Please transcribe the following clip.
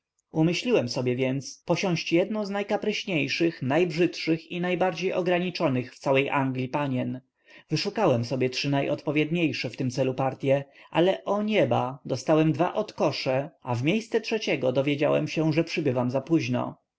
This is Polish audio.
umyśliłem więc posiąść jednę z najkapryśniejszych najbrzydszych i najbardziej ograniczonych w całej anglii panien wyszukałem sobie trzy najodpowiedniejsze w tym celu partye ale o nieba dostałem dwa odkosze a w miejsce trzeciego dowiedziałem się że przybywam zapóźno